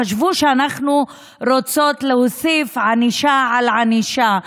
חשבו שאנחנו רוצות להוסיף ענישה על ענישה,